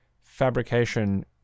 fabrication